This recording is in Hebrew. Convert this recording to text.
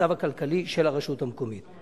המצב הכלכלי של הרשות המקומית.